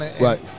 Right